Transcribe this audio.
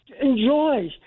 Enjoy